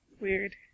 Weird